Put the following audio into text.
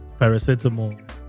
Paracetamol